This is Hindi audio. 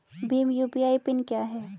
भीम यू.पी.आई पिन क्या है?